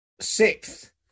Sixth